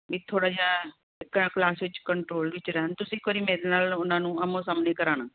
ਵੀ ਥੋੜ੍ਹਾ ਜਿਹਾ ਕ ਕਲਾਸ ਵਿੱਚ ਕੰਟਰੋਲ ਵਿੱਚ ਰਹਿਣ ਤੁਸੀਂ ਇੱਕ ਵਾਰ ਮੇਰੇ ਨਾਲ ਉਹਨਾਂ ਨੂੰ ਆਹਮੋ ਸਾਹਮਣੇ ਕਰਾਉਣਾ